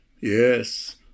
Yes